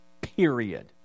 period